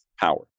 power